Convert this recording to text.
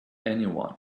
anyone